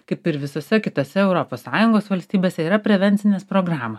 kaip ir visose kitose europos sąjungos valstybėse yra prevencinės programos